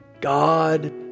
God